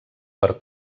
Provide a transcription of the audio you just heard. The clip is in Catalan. per